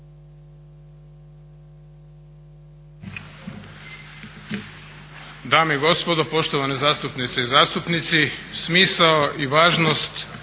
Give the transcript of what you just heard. Hvala vam.